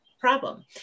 problem